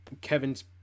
kevin's